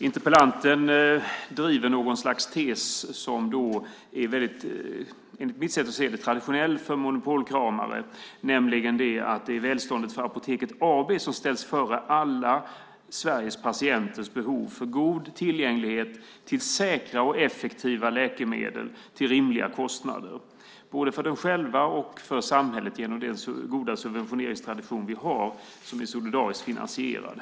Interpellanten driver något slags tes som, enligt mitt sätt att se det, är mycket traditionell för monopolkramare, nämligen att välståndet för Apoteket AB ställs före alla Sveriges patienters behov av god tillgänglighet till säkra och effektiva läkemedel till rimliga kostnader, både för dem själva och för samhället genom den goda subventioneringstradition som är solidariskt finansierad.